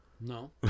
No